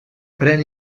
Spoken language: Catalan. pren